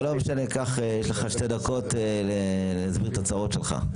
לא, לא, יש לך שתי דקות להסביר את הצרות שלך.